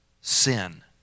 sin